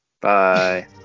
bye